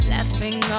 Laughing